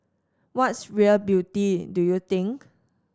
what's real beauty do you think